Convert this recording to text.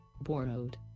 borrowed